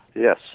Yes